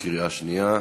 בקריאה שנייה.